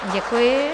Děkuji.